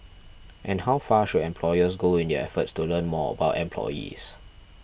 and how far should employers go in their efforts to learn more about employees